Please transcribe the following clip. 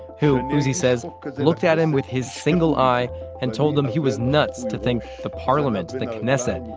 who uzi says looked at him with his single eye and told him he was nuts to think the parliament, the knesset,